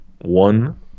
One